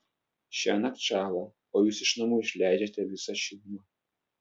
šiąnakt šąla o jūs iš namų išleidžiate visą šilumą